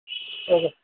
okay